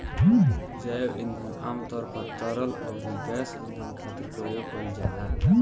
जैव ईंधन आमतौर पर तरल अउरी गैस ईंधन खातिर प्रयोग कईल जाला